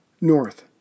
North